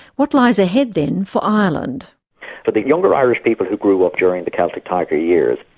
what lies ahead then for ireland? for the younger irish people who grew up during the celtic tiger years,